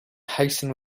hasten